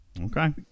Okay